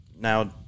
now